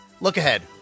look-ahead